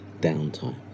downtime